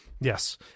Yes